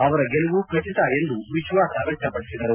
ಅವರ ಗೆಲುವು ಖಚಿತ ಎಂದು ವಿಶ್ವಾಸ ವ್ಯಕ್ತಪಡಿಸಿದರು